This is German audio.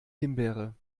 himbeere